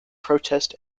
protest